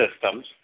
systems